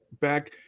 back